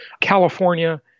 California